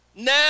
Now